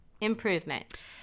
improvement